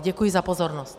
Děkuji za pozornost.